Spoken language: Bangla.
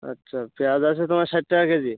আচ্ছা পেঁয়াজ আছে তোমার ষাট টাকা কেজি